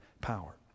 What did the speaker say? power